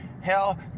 Hell